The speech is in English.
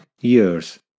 years